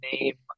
name